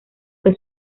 que